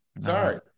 Sorry